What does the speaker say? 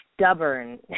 stubborn